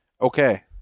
Okay